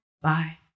bye